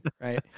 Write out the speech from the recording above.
right